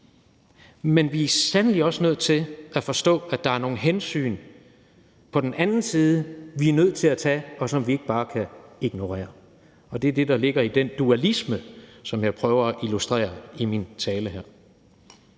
Men vi er sandelig også nødt til at forstå, at der er nogle hensyn på den anden side, som vi er nødt til at tage, og som vi ikke bare kan ignorere. Og det er det, der ligger i den dualisme, som jeg prøver at illustrere i min tale her.